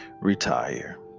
retire